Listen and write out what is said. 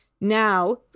Now